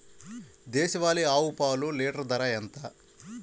దేశవాలీ ఆవు పాలు లీటరు ధర ఎంత?